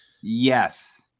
Yes